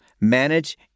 manage